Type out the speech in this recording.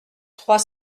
trois